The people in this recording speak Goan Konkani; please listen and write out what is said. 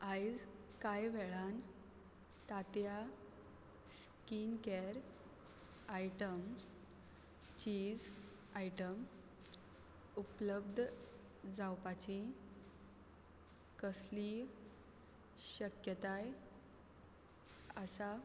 आयज कांय वेळान तात्या स्कीन कॅर आयटम्स चीज आयटम उपलब्ध जावपाची कसलीय शक्यताय आसा